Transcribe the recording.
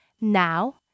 Now